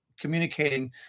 communicating